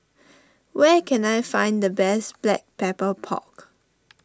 where can I find the best Black Pepper Pork